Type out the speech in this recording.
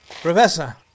Professor